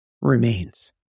remains